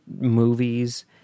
movies